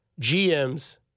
GMs